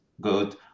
good